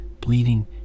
bleeding